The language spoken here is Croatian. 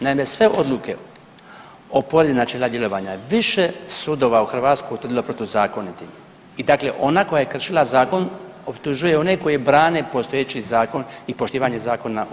Naime sve odluke o povredi načela djelovanja više sudova u Hrvatskoj utvrdilo protuzakonito, i dakle tako ona koja je kršila zakon optužuje one koji brane postojeći zakon i poštovanje zakona u